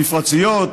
המפרציות,